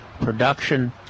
production